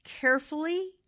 carefully